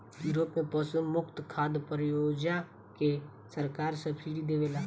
Europe में पशु मुक्त खाद पर ओजा के सरकार सब्सिडी देवेले